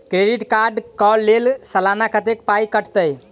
Credit card कऽ लेल सलाना कत्तेक पाई कटतै?